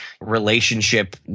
relationship